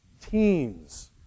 Teams